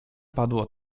padło